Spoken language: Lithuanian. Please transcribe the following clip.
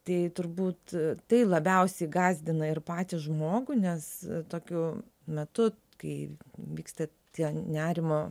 tai turbūt tai labiausiai gąsdina ir patį žmogų nes tokiu metu kai vyksta tie nerimo